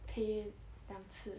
pay 两次